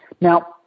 Now